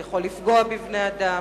הוא יכול לפגוע בבני-אדם,